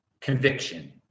conviction